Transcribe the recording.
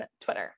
Twitter